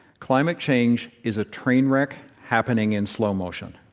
climate change is a train wreck happening in slow motion.